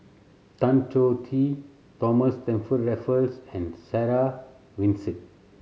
Tan Choh Tee Thomas Stamford Raffles and Sarah Winstedt